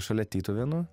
šalia tytuvėnų